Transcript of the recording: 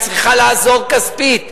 היא צריכה לעזור כספית,